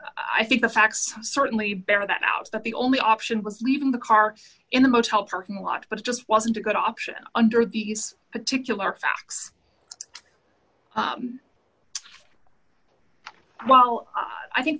i think the facts certainly bear that out that the only option was leaving the car in the motel parking lot but it just wasn't a good option under these particular facts well i think